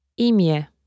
Imię